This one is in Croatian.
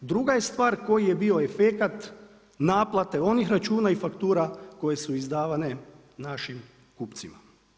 Druga je stvar koji je bio efekat naplate onih računa i faktura koje su izdavane našim kupcima.